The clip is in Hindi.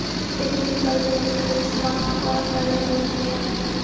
पृथ्वी पर जल ठोस, वाष्प और तरल रूप में है